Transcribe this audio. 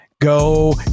go